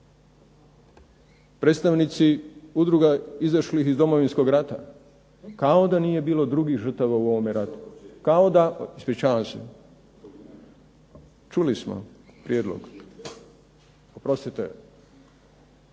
Predstavnici udruga izašlih iz Domovinskog rata kao da nije bilo drugih žrtava u ovome ratu, kao da. Ispričavam se. Čuli smo prijedlog. Oprostite.